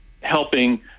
helping